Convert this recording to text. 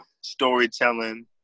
storytelling